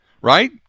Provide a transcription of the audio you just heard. Right